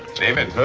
david.